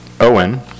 Owen